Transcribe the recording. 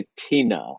katina